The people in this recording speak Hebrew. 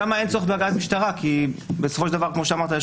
שם אין צורך בהגעת משטרה כי בסופו של דבר כמו שאמרת,